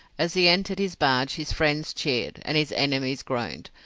as he entered his barge his friends cheered, and his enemies groaned,